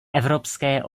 evropské